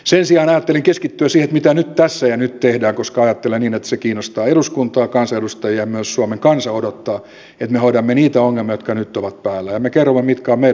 sen sijaan ajattelin keskittyä siihen mitä tässä ja nyt tehdään koska ajattelen niin että se kiinnostaa eduskuntaa kansanedustajia ja että myös suomen kansa odottaa että me hoidamme niitä ongelmia jotka nyt ovat päällä